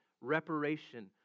reparation